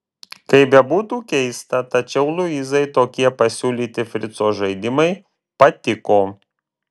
kaip bebūtų keista tačiau luizai tokie pasiūlyti frico žaidimai patiko